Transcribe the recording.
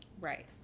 Right